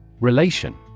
Relation